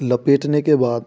लपेटने के बाद